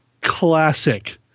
classic